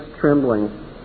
trembling